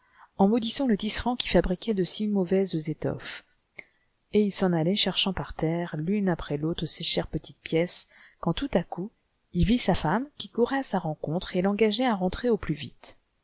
en maudissant le tisserand qui fabriquait de si mauvaises étoffes et il s'en allait cherchant par terre l'une après l'autre ses chères petites pièces quand tout à coup il vit sa femme qui courait à sa rencontre et l'engageait à rentrer au plus vite